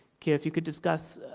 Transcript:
kei if you could discuss